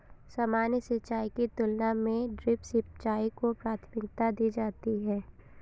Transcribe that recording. सामान्य सिंचाई की तुलना में ड्रिप सिंचाई को प्राथमिकता दी जाती है